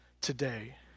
today